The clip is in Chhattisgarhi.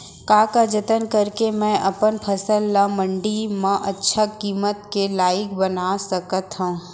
का का जतन करके मैं अपन फसल ला मण्डी मा अच्छा किम्मत के लाइक बना सकत हव?